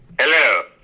Hello